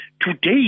today